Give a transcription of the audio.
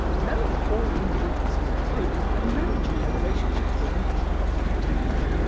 knowing all the individuals in their group and managing their relationships with them helped to protect them.